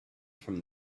from